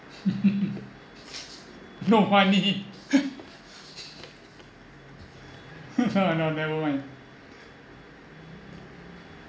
no what I mean no never mind